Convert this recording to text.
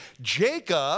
Jacob